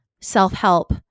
self-help